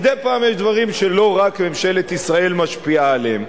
מדי פעם יש דברים שלא רק ממשלת ישראל משפיעה עליהם.